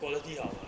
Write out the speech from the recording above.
quality 好吗 leh